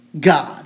God